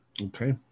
Okay